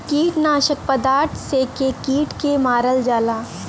कीटनाशक पदार्थ से के कीट के मारल जाला